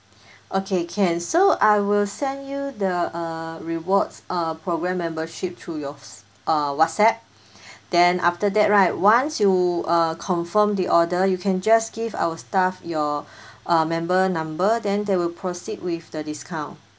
okay can so I will send you the uh rewards uh program membership through yours uh WhatsApp then after that right once you uh confirm the order you can just give our staff your uh member number then they will proceed with the discount